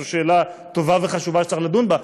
זו שאלה טובה וחשובה שצריך לדון בה.